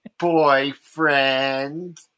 Boyfriend